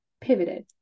pivoted